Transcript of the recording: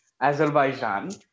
Azerbaijan